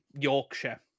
Yorkshire